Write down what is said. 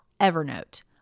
Evernote